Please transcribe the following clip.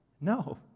No